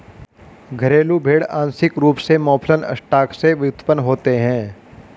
घरेलू भेड़ आंशिक रूप से मौफलन स्टॉक से व्युत्पन्न होते हैं